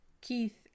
keith